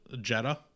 Jetta